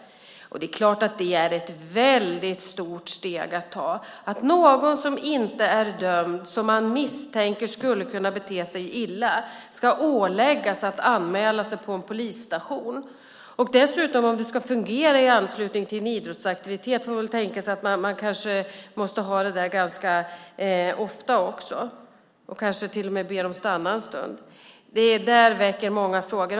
Det är klart att det är ett väldigt stort steg att ta, att någon som inte är dömd, som man misstänker skulle kunna bete sig illa, ska åläggas att anmäla sig på en polisstation. Om det ska fungera i anslutning till en idrottsaktivitet kan man tänka sig att det här måste ske ganska ofta också. Man kanske till och med måste be dem stanna en stund. Det där väcker många frågor.